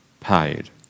paid